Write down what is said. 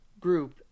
Group